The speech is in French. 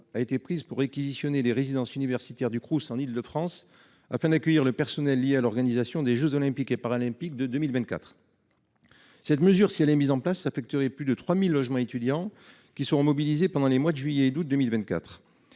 centre régional des oeuvres universitaires et scolaires (Crous) en Île-de-France, afin d'accueillir le personnel oeuvrant à l'organisation des jeux Olympiques et Paralympiques de 2024. Cette mesure, si elle était mise en place, affecterait plus de 3 000 logements étudiants, qui seraient mobilisés pendant les mois de juillet et d'août 2024.